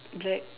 black